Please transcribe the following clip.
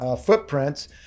footprints